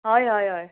हय हय हय